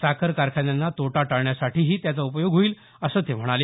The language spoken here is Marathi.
साखर कारखान्यांना तोटा टाळण्यासाठीही त्याचा उपयोग होईल असं ते म्हणाले